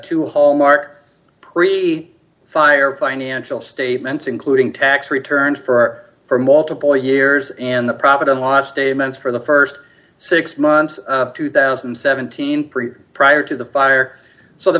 to hallmark pre fire financial statements including tax returns for for multiple years and the profit and loss statements for the st six months of two thousand and seventeen percent prior to the fire so the